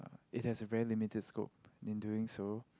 it has a very limited scope in doing so